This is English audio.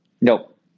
Nope